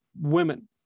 women